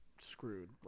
screwed